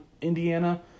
Indiana